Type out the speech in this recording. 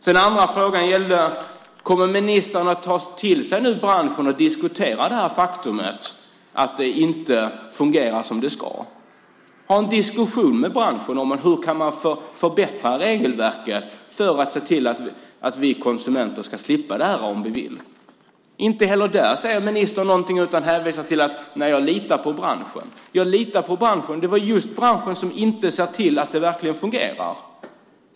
Den andra frågan var om ministern nu kommer att ta till sig branschen och diskutera det faktum att det inte fungerar som det ska. Ska man ha en diskussion med branschen om hur man kan förbättra regelverket för att se till att vi konsumenter ska slippa det här om vi vill? Inte heller där säger ministern någonting utan hänvisar till att han litar på branschen. Det är just branschen som inte ser till att det verkligen fungerar.